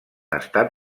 estat